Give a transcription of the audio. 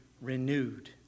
renewed